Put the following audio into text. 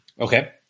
Okay